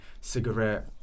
cigarette